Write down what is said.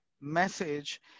message